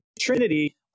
Trinity